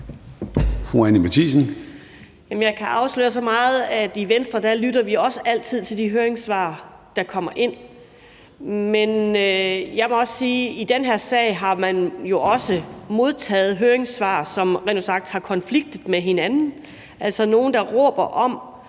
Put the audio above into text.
Jeg kan afsløre så meget, at i Venstre lytter vi også altid til de høringssvar, der kommer ind. Men jeg må også sige, at i den her sag har man jo modtaget høringssvar, som rent ud sagt har konfliktet med hinanden. Altså, der er